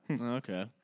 Okay